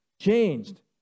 Changed